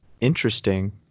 interesting